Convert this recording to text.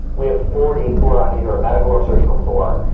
we have forty who are on either a medical or surgical floor.